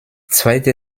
zweite